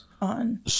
on